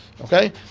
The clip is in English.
Okay